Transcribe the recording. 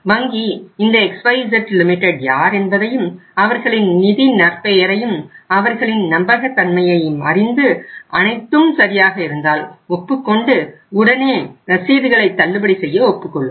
வங்கி இந்த XYZ limited யார் என்பதையும் அவர்களின் நிதி நற்பெயரையும் அவர்களின் நம்பகத்தன்மையையும் அறிந்து அனைத்தும் சரியாக இருந்தால் ஒப்புக்கொண்டு உடனே ரசீதுகளை தள்ளுபடி செய்ய ஒப்புக்கொள்ளும்